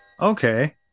Okay